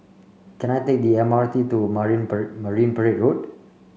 can I take the M R T to Marine Marine Parade Road